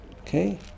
Okay